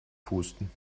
pusten